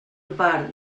part